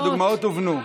הדוגמאות הובנו.